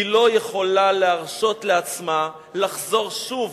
היא לא יכולה להרשות לעצמה לחזור שוב